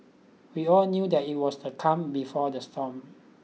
we all knew that it was the calm before the storm